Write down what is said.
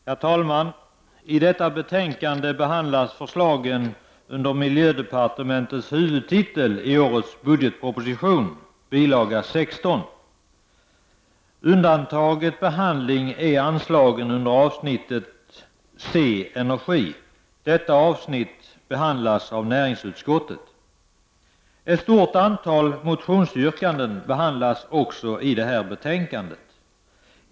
Herr talman! I detta betänkande behandlas förslagen under miljödepartementets huvudtitel i årets budgetproposition, bil. 16, med undantag av anslagen under avsnittet C Energi; detta avsnitt behandlas av näringsutskottet. Ett stort antal motionsyrkanden behandlas också i betänkandet.